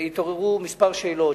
התעוררו כמה שאלות.